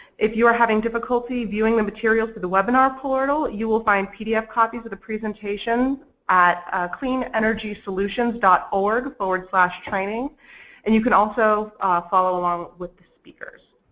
if you are having difficulty viewing the materials through the webinar portal you will find pdf copies of the presentations at cleanenergysolutions dot org slash training and you can also follow along with the speakers.